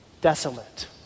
desolate